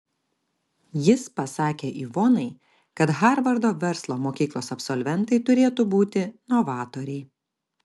jis pasakė ivonai kad harvardo verslo mokyklos absolventai turėtų būti novatoriai